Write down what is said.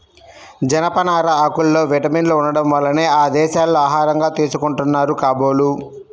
జనపనార ఆకుల్లో విటమిన్లు ఉండటం వల్లనే ఆ దేశాల్లో ఆహారంగా తీసుకుంటున్నారు కాబోలు